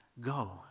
go